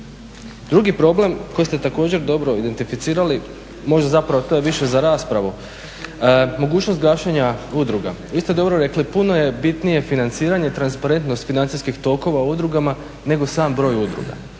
Drugi problem koji ste također dobro identificirali možda zapravo to je više za raspravu, mogućnost gašenja udruga. Vi ste dobro rekli puno je bitnije financiranje i transparentnost financijskih tokova udrugama nego sam broj udruga.